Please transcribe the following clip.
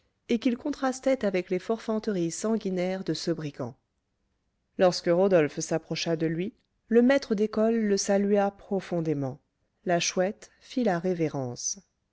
et qu'il contrastait avec les forfanteries sanguinaires de ce brigand lorsque rodolphe s'approcha de lui le maître d'école le salua profondément la chouette fit la révérence